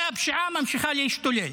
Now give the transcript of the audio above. והפשיעה ממשיכה להשתולל.